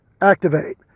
Activate